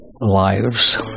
lives